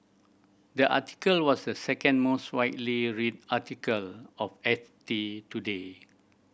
the article was the second most widely read article of F T today